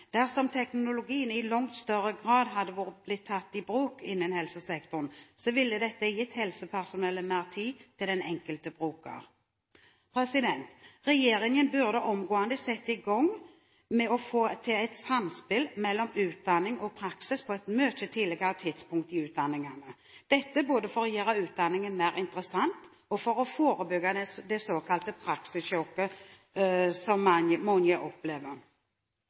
Dersom teknologien i langt større grad hadde blitt tatt i bruk innen helsesektoren, ville dette gitt helsepersonell mer tid til den enkelte bruker. Regjeringen burde omgående sette i gang med å få til et samspill mellom utdanning og praksis på et mye tidligere tidspunkt i utdanningene – dette både for å gjøre utdanningen mer interessant og for å forebygge det såkalte praksissjokket som mange opplever.